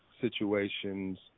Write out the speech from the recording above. situations